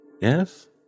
Yes